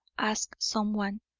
asked someone.